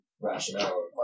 rationale